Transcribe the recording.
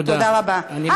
תודה רבה.